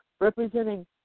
representing